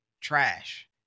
trash